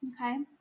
Okay